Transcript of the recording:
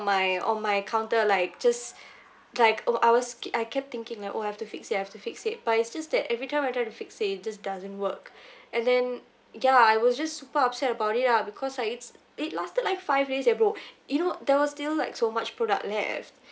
my on my counter like just like oh I was ke~ I kept thinking like oh I have to fix it I have to fix it but it's just that every time I try to fix it it just doesn't work and then ya lah I was just super upset about it lah because like it's it lasted like five days leh bro you know there was still like so much product left